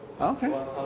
Okay